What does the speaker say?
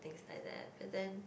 things like that but then